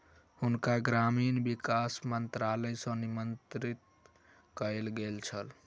हुनका ग्रामीण विकास मंत्रालय सॅ निमंत्रित कयल गेल छल